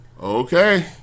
Okay